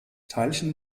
teilchen